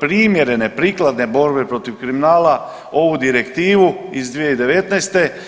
primjerene, prikladne borbe protiv kriminala ovu direktivu iz 2019.